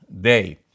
Day